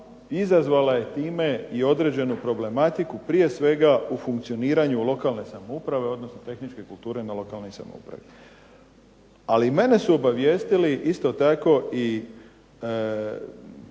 izazvala je time i određenu problematiku prije svega u funkcioniranju lokalne samouprave, odnosno tehničke kulture na lokalnoj samoupravi. Ali mene su obavijestili isto tako i